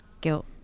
guilt